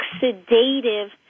oxidative